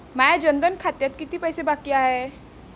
माया जनधन खात्यात कितीक पैसे बाकी हाय?